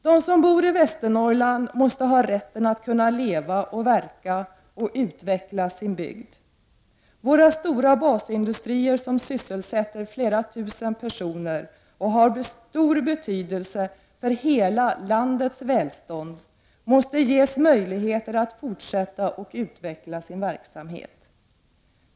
De som bor i Västernorrlands län måste ha rätten att kunna leva och verka i sin bygd och att utveckla den. Våra stora basindustrier, som sysselsätter flera tusen personer och har stor betydelse för hela landets välstånd, måste ges möjligheter att fortsätta och utveckla sin verksamhet.